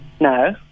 No